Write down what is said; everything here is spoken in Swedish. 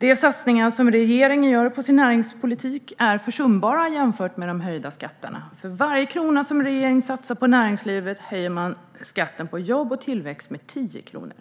De satsningar som regeringen gör på sin näringspolitik är försumbara jämfört med de höjda skatterna. För varje krona som regeringen satsar på näringslivet höjer man skatten på jobb och tillväxt med 10 kronor.